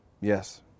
Yes